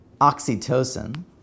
oxytocin